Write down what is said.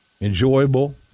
enjoyable